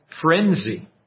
frenzy